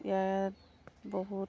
ইয়াত বহুত